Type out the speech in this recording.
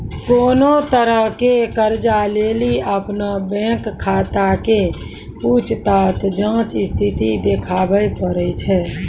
कोनो तरहो के कर्जा लेली अपनो बैंक खाता के पूछताछ जांच स्थिति देखाबै पड़ै छै